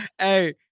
Hey